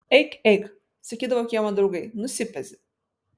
eik eik sakydavo kiemo draugai nusipezi